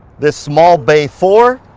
this small bay four,